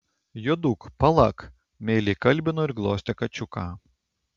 juoduk palak meiliai kalbino ir glostė kačiuką